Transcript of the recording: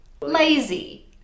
Lazy